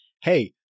hey